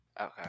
Okay